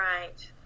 Right